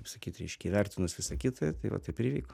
kaip sakyti reiškia įvertinus visa kita tai va taip ir įvyko